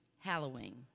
Halloween